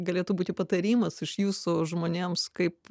galėtų būti patarimas iš jūsų žmonėms kaip